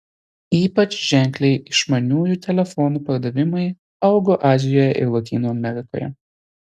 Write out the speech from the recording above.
ypač ženkliai išmaniųjų telefonų pardavimai augo azijoje ir lotynų amerikoje